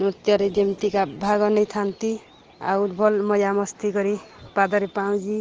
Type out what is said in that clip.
ନୃତ୍ୟରେ ଯେମିତିକା ଭାଗ ନେଇଥାନ୍ତି ଆଉ ଭଲ୍ ମଜା ମସ୍ତି କରି ପାଦରେ ପାଉଁଜି